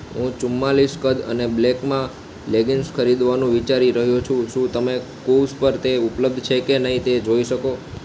હું ચુમ્બાલીસ કદ અને બ્લેકમાં લેગિંગ્સ ખરીદવાનું વિચારી રહ્યો છું શું તમે કૃવ્સ પર તે ઉપલબ્ધ છે કે નહીં તે જોઈ શકો